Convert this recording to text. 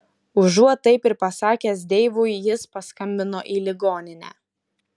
užuot taip ir pasakęs deivui jis paskambino į ligoninę